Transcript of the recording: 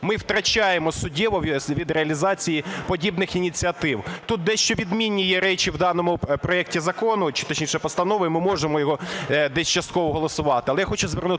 ми втрачаємо суттєво від реалізації подібних ініціатив. Тут дещо відмінні є речі в даному проекті закону, точніше, постанови, ми можемо його десь частково голосувати.